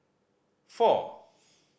four